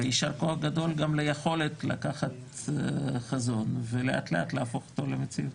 ויישר כוח גדול גם על היכולת לקחת חזון ולאט לאט להפוך אותו למציאות.